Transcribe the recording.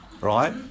right